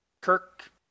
Kirk